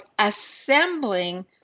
assembling